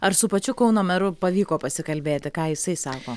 ar su pačiu kauno meru pavyko pasikalbėti ką jisai sako